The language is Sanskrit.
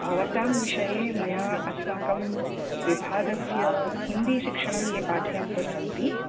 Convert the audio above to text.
भवतां विषये मया अस्माकं विभागस्य हिन्दिशिक्षणं ये पाठयन्तस्सन्ति